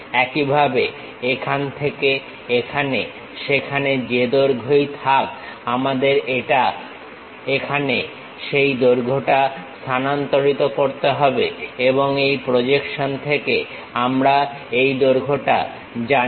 একইভাবে এখান থেকে এখানে সেখানে যে দৈর্ঘ্যই থাক আমাদের এখানে সেই দৈর্ঘ্যটা স্থানান্তরিত করতে হবে এবং এই প্রজেকশন থেকে আমরা এই দৈর্ঘ্যটা জানি